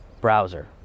browser